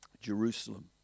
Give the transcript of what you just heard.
Jerusalem